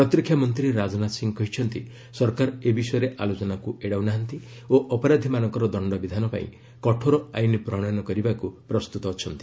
ପ୍ରତିରକ୍ଷା ମନ୍ତ୍ରୀ ରାଜନାଥ ସିଂହ କହିଛନ୍ତି ସରକାର ଏ ବିଷୟରେ ଆଲୋଚନାକୁ ଏଡ଼ାଉ ନାହାନ୍ତି ଓ ଅପରାଧୀମାନଙ୍କର ଦଶ୍ଚବିଧାନ ପାଇଁ କଠୋର ଆଇନ୍ ପ୍ରଶୟନ କରିବାକୁ ପ୍ରସ୍ତୁତ ଅଛନ୍ତି